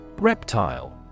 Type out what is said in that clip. Reptile